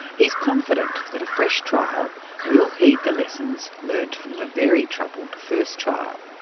he's confident that a fresh trial will heed the lessons learnt from the very troubled first trial.